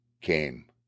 came